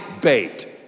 bait